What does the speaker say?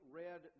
read